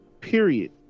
period